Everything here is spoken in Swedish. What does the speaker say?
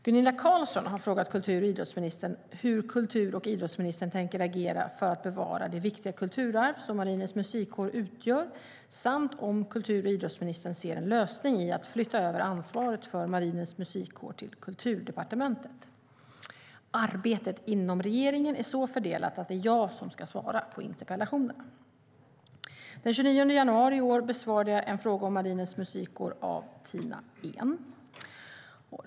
Gunilla Carlsson har frågat kultur och idrottsministern hur kultur och idrottsministern tänker agera för att bevara det viktiga kulturarv som Marinens Musikkår utgör samt om kultur och idrottsministern ser en lösning i att flytta över ansvaret för Marinens Musikkår till Kulturdepartementet. Arbetet inom regeringen är så fördelat att det är jag som ska svara på interpellationerna. Den 29 januari i år besvarade jag en fråga om Marinens Musikkår av Tina Ehn .